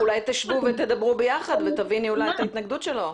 אולי תשבו יחד ותדברו ואז אולי תביני את ההתנגדות שלו.